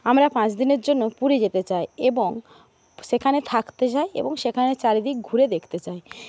আমরা পাঁচদিনের জন্য পুরী যেতে চাই এবং সেখানে থাকতে চাই এবং সেখানে চারিদিক ঘুরে দেখতে চাই